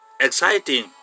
exciting